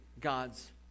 God's